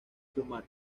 fumar